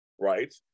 right